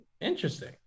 interesting